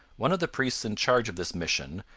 one of the priests in charge of this mission,